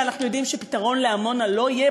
ואנחנו יודעים שפתרון לעמונה לא יהיה